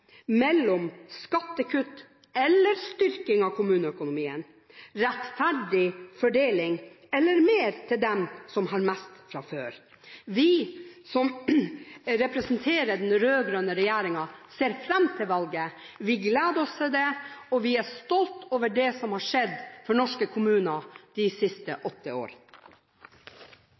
mellom skattekutt eller styrking av kommuneøkonomien, mellom rettferdig fordeling eller mer til dem som har mest fra før. Vi som representerer den rød-grønne regjeringen, ser fram til valget. Vi gleder oss til det, og vi er stolte av det vi har gjort for norske kommuner de siste åtte